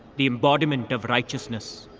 the embodiment of righteousness.